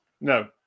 no